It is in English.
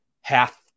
Half